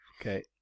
Okay